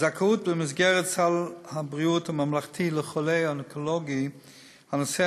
הזכאות במסגרת סל הבריאות הממלכתי לחולה האונקולוגי הנוסע